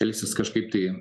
elgsis kažkaip tai